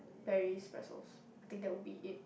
Paris Brussels I think that would be it